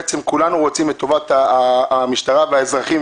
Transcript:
כולנו רוצים את טובת המשטרה והאזרחים,